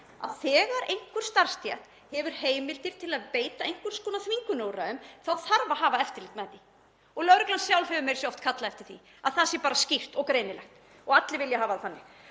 að þegar einhver starfsstétt hefur heimildir til að beita einhvers konar þvingunarúrræðum þá þarf að hafa eftirlit með því. Lögreglan sjálf hefur meira að segja oft kallað eftir því að það sé skýrt og greinilegt og allir vilja hafa þannig.